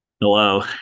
Hello